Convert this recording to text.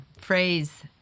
phrase